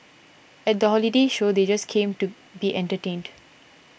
at the holiday show they just came to be entertained